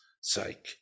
sake